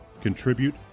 Contribute